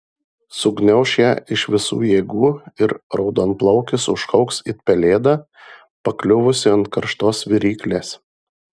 sugniauš ją iš visų jėgų ir raudonplaukis užkauks it pelėda pakliuvusi ant karštos viryklės